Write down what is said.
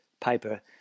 paper